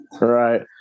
Right